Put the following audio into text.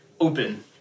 open